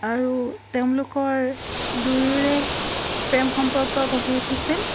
আৰু তেওঁলোকৰ দুয়োৰে প্ৰেম সম্পৰ্ক গঢ়ি উঠিছিল